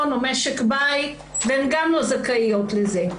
או משק בית וגם הן לא זכאיות לזה.